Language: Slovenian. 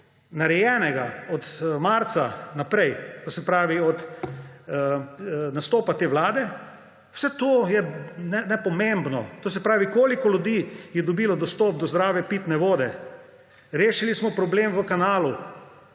narejenega od marca naprej, to se pravi od nastopa te vlade, vse to je nepomembno. To se pravi, koliko ljudi je dobilo dostop do zdrave pitne vode. Rešili smo problem v Kanalu,